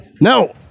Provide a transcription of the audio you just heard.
no